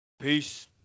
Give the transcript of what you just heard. Peace